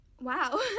wow